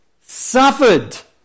suffered